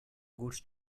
goods